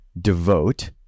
devote